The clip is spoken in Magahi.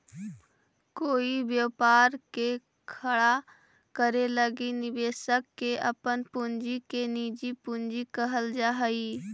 कोई व्यापार के खड़ा करे लगी निवेशक के अपन पूंजी के निजी पूंजी कहल जा हई